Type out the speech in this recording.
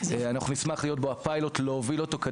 אנחנו נשמח להיות בו כפיילוט ולהוביל אותו,